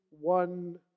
one